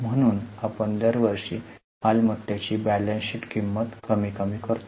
म्हणून आपण दरवर्षी मालमत्तेची बैलन्स शीट किंमत कमी कमी करतो